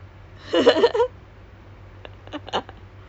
which kecoh no not that kecoh